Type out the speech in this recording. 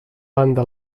banda